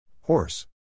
Horse